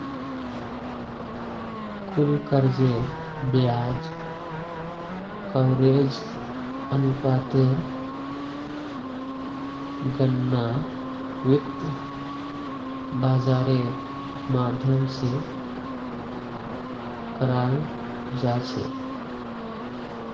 कुल कर्जेर ब्याज कवरेज अनुपातेर गणना वित्त बाजारेर माध्यम से कराल जा छे